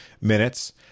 minutes